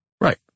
Right